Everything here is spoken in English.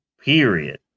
Period